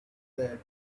that